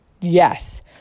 Yes